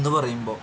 എന്ന് പറയുമ്പോൾ